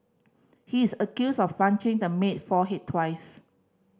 he is accused of punching the maid forehead twice